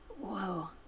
whoa